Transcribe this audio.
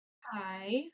Hi